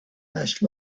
asked